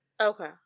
Okay